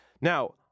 Now